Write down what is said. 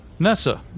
NASA